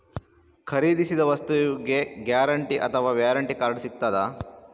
ಖರೀದಿಸಿದ ವಸ್ತುಗೆ ಗ್ಯಾರಂಟಿ ಅಥವಾ ವ್ಯಾರಂಟಿ ಕಾರ್ಡ್ ಸಿಕ್ತಾದ?